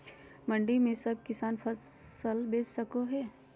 मंडी में सब किसान अपन फसल बेच सको है?